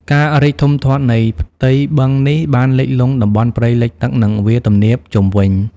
ការរីកធំធាត់នៃផ្ទៃបឹងនេះបានលិចលង់តំបន់ព្រៃលិចទឹក និងវាលទំនាបជុំវិញ។